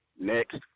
next